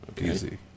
Easy